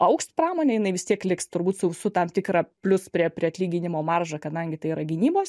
augs pramonė jinai vis tiek liks turbūt su su tam tikra plius prie prie atlyginimo marža kadangi tai yra gynybos